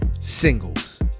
singles